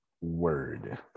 word